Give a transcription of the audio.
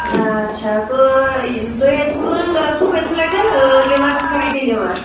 اچھا تہٕ تُہۍ تُہۍ ٲسوٕ پٔتۍمہِ لٹہِ لِیور فیٹی لِیور